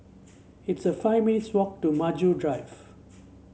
it's a five minutes' walk to Maju Drive